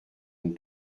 une